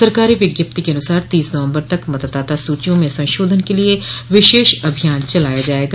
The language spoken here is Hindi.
सरकारी विज्ञप्ति को अनुसार तीस नवम्बर तक मतदाता सूचियों में संशोधन के लिए विशेष अभियान चलाया जायेगा